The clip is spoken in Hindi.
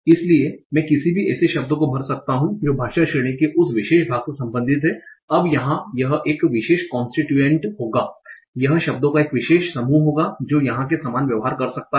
इसलिए मैं किसी भी ऐसे शब्द को भर सकता हूं जो भाषण श्रेणी के उस विशेष भाग से संबंधित है अब यहां यह एक विशेष कोन्स्टीट्यूएंट होगा यह शब्दों का एक विशेष समूह होगा जो यहां के समान व्यवहार कर सकता है